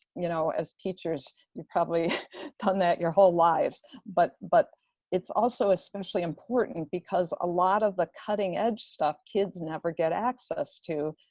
you know, as teachers you've probably done that your whole lives. but but it's also especially important, because a lot of the cutting-edge stuff kids never get access to,